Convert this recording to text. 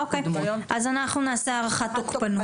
אוקיי, אז אנחנו נעשה "הערכת תוקפנות".